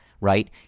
right